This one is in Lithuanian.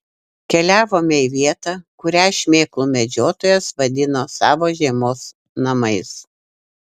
keliavome į vietą kurią šmėklų medžiotojas vadino savo žiemos namais